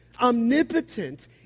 omnipotent